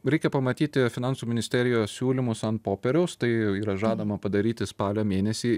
reikia pamatyti finansų ministerijos siūlymus ant popieriaus tai yra žadama padaryti spalio mėnesį